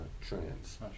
trans